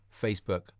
Facebook